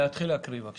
נתחיל לקרוא את התקנות.